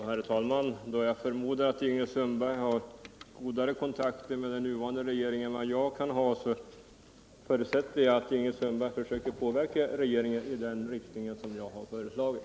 Herr talman! Då jag förmodar att Ingrid Sundberg har bättre kontakter med den nuvarande regeringen än vad jag har, förutsätter jag att hon försöker påverka regeringen i den riktning jag föreslagit.